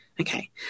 Okay